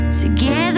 together